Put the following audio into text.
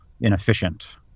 inefficient